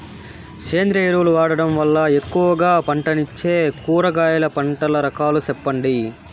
సేంద్రియ ఎరువులు వాడడం వల్ల ఎక్కువగా పంటనిచ్చే కూరగాయల పంటల రకాలు సెప్పండి?